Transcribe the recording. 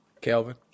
Kelvin